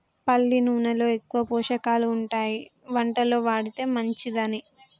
పల్లి నూనెలో ఎక్కువ పోషకాలు ఉంటాయి వంటలో వాడితే మంచిదని